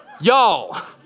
y'all